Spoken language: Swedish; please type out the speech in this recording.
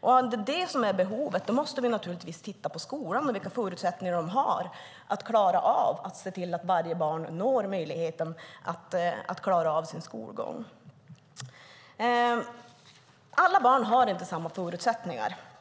Om det är det som är behovet måste vi titta på skolan och vilka förutsättningar den har för att se till att varje barn har möjlighet att klara av sin skolgång. Alla barn har inte samma förutsättningar.